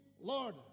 Lord